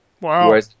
Wow